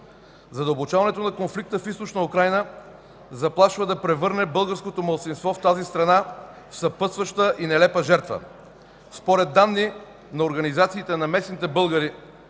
Задълбочаването на конфликта в Източна Украйна заплашва да превърне българското малцинство в тази страна в съпътстваща и нелепа жертва. Според данни на организациите на местните българи